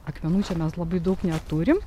akmenų čia mes labai daug neturim